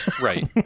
Right